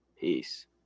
Peace